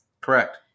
Correct